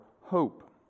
hope